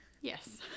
Yes